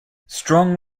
strong